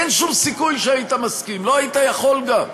אין שום סיכוי שהיית מסכים, לא היית יכול גם.